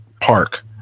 park